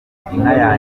ikamwa